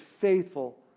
faithful